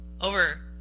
over